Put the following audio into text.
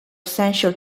essential